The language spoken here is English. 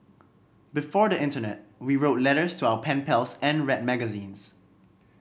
before the internet we wrote letters to our pen pals and read magazines